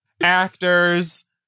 Actors